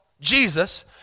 Jesus